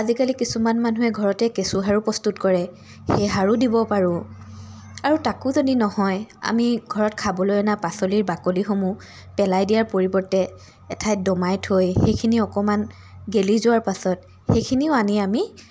আজিকালি কিছুমান মানুহে ঘৰতে কেচু সাৰো প্ৰস্তুত কৰে সেই সাৰো দিব পাৰোঁ আৰু তাকো যদি নহয় আমি ঘৰত খাবলৈ অনা পাচলিৰ বাকলিসমূহ পেলাই দিয়াৰ পৰিৱৰ্তে এঠাইত দমাই থৈ সেইখিনি অকণমান গেলি যোৱাৰ পাছত সেইখিনিও আনি আমি